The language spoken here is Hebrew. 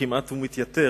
הנאום שלי כמעט ומתייתר.